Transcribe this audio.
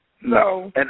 No